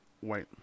white